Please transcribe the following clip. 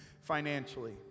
financially